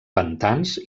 pantans